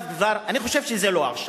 אני חושב שזה כבר לא עכשיו,